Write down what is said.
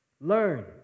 learn